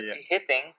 hitting